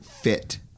fit